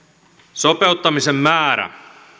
sopeuttamisen määrä